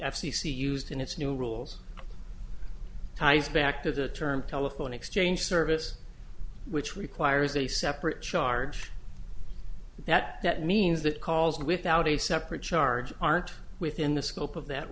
c used in its new rules ties back to the term telephone exchange service which requires a separate charge that means that calls without a separate charge aren't within the scope of that